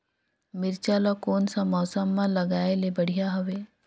मिरचा ला कोन सा मौसम मां लगाय ले बढ़िया हवे